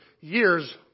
years